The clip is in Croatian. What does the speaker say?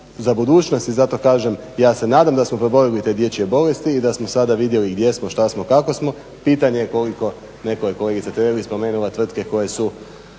za budućnost i zato kažem ja se nadam da smo prebolili te dječje bolesti i da smo sada vidjeti gdje smo, što smo, kako smo, pitanje je koliko, kolegica Tireli je spomenula tvrtke koje su